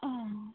आं